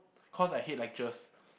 cause I hate lectures